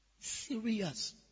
Serious